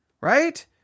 Right